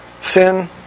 sin